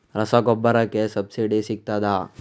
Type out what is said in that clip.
ರಸಗೊಬ್ಬರಕ್ಕೆ ಸಬ್ಸಿಡಿ ಸಿಗ್ತದಾ?